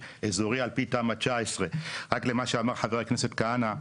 אזורי על פי תמ"א 19. רק על מה שאמר חבר הכנסת כהנא,